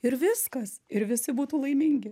ir viskas ir visi būtų laimingi